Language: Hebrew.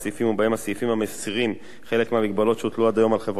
ובהם הסעיפים המסירים חלק מהמגבלות שהוטלו עד היום על החברה הבת,